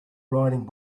riding